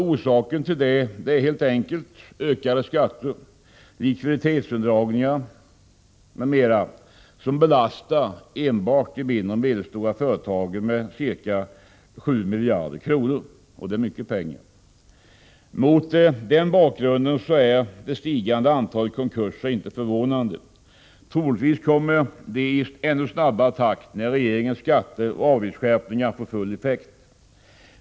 Orsaken till detta är helt enkelt ökade skatter, likviditetsindragningar m.m., som belastar enbart de mindre och medelstora företagen med ca 7 miljarder kronor. Det är mycket pengar. Mot denna bakgrund är det stigande antalet konkurser inte förvånande. Troligtvis kommer de i ännu snabbare takt när regeringens skatteoch avgiftsskärpningar får full effekt.